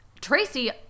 Tracy